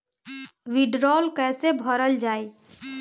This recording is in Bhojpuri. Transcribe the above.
वीडरौल कैसे भरल जाइ?